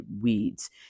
weeds